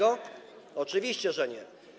Oczywiście, że nie.